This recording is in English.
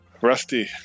Rusty